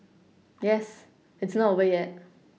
yes it's not over yet